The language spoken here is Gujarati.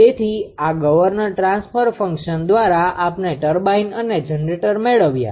તેથી આ ગવર્નર ટ્રાન્સફર ફંક્શન દ્વારા આપણે ટર્બાઇન અને જનરેટર મેળવ્યા